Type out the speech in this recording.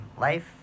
life